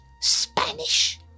Spanish